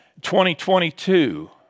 2022